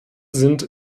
sind